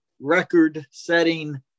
record-setting